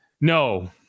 no